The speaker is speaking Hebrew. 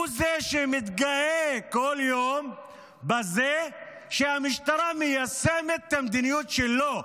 הוא זה שמתגאה כל יום בזה שהמשטרה מיישמת את המדיניות שלו.